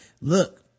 look